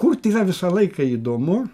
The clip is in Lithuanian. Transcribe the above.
kurt yra visą laiką įdomu